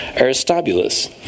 Aristobulus